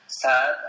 sad